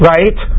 Right